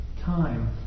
time